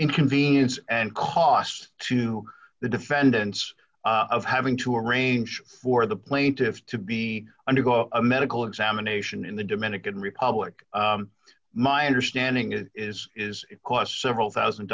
inconvenience and cost to the defendants of having to arrange for the plaintiffs to be undergo a medical examination in the dominican republic my understanding it is is it costs several one thousand